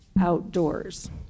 outdoors